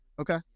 Okay